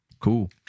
cool